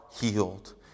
healed